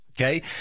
Okay